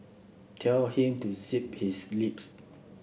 tell him to zip his lips